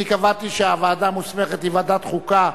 אני קבעתי שהוועדה המוסמכת היא ועדת חוקה,